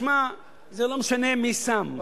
תשמע, זה לא משנה מי שם.